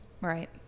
right